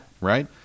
Right